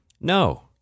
No